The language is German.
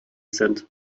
sind